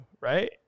Right